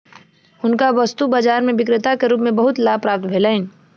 हुनका वस्तु बाजार में विक्रेता के रूप में बहुत लाभ प्राप्त भेलैन